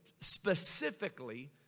specifically